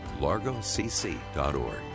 largocc.org